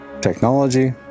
technology